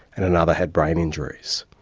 and another had brain injuries.